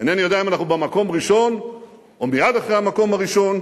אינני יודע אם אנחנו במקום הראשון או מייד אחרי המקום הראשון,